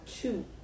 two